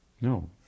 No